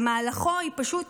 שבמהלכו היא פשוט